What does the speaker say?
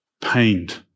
pained